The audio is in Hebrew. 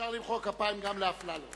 אפשר למחוא כפיים גם לחבר הכנסת אפללו.